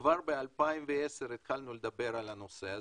כבר ב-2010 התחלנו לדבר על הנושא,